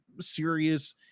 serious